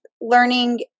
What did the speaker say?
learning